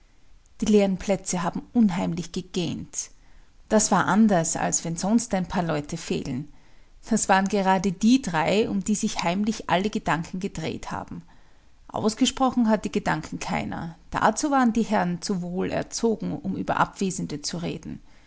die leeren plätze haben unheimlich gegähnt das war anders als wenn sonst ein paar leute fehlen das waren gerade die drei um die sich heimlich alle gedanken gedreht haben ausgesprochen hat die gedanken keiner dazu waren die herren zu wohlerzogen um über abwesende zu reden